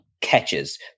catches